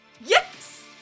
yes